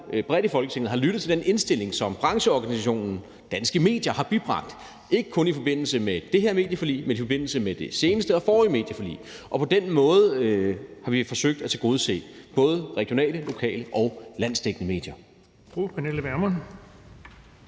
bredt i Folketinget har lyttet til den indstilling, som brancheorganisationen Danske Medier har bibragt, ikke kun i forbindelse med det her medieforlig, men i forbindelse med det seneste og forrige medieforlig. På den måde har vi forsøgt at tilgodese både regionale, lokale og landsdækkende medier.